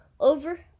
Over